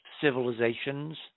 civilizations